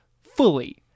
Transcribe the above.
fully